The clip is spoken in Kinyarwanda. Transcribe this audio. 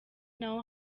naho